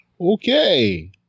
Okay